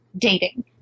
dating